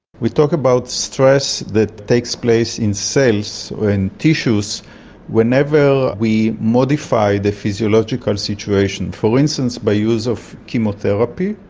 we talk about stress that takes place in cells or in tissues whenever we modify the physiological situation. for instance, by use of chemotherapy,